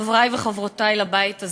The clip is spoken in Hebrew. חברי וחברותי לבית הזה,